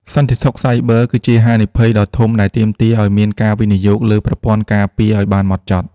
សន្តិសុខសាយប័រគឺជាហានិភ័យដ៏ធំដែលទាមទារឱ្យមានការវិនិយោគលើប្រព័ន្ធការពារឱ្យបានហ្មត់ចត់។